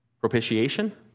Propitiation